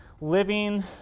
living